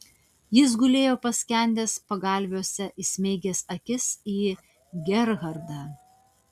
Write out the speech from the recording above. jis gulėjo paskendęs pagalviuose įsmeigęs akis į gerhardą